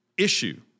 Issue